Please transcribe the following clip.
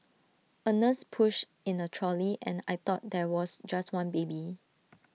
A nurse pushed in A trolley and I thought there was just one baby